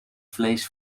vlees